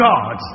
God